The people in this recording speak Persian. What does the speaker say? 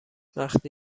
وقتی